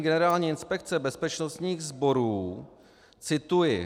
Generální inspekce bezpečnostních sborů cituji: